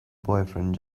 boyfriend